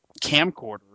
camcorder